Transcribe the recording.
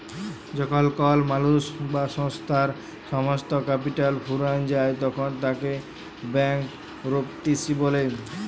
যখল কল মালুস বা সংস্থার সমস্ত ক্যাপিটাল ফুরাঁয় যায় তখল তাকে ব্যাংকরূপটিসি ব্যলে